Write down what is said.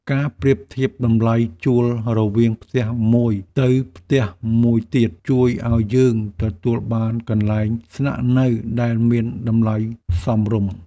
ការប្រៀបធៀបតម្លៃជួលរវាងផ្ទះមួយទៅផ្ទះមួយទៀត ជួយឱ្យយើងទទួលបានកន្លែងស្នាក់នៅដែលមានតម្លៃសមរម្យ។